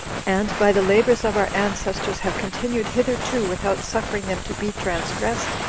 and, by the labors of our ancestors, have continued hitherto without suffering them to be transgressed,